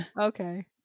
Okay